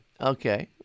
Okay